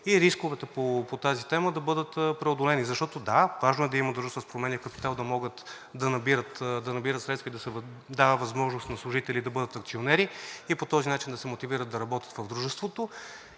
и рисковете по тази тема да бъдат преодолени. Защото, да, важно е да има дружества с променлив капитал да могат да набират средства и да се дава възможност на служители да бъдат акционери и по този начин да се мотивират да работят в дружеството,